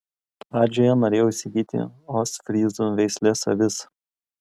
pradžioje norėjau įsigyti ostfryzų veislės avis